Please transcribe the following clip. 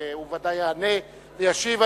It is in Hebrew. והוא ודאי יענה וישיב.